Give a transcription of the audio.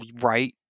Right